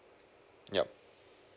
yup